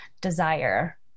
desire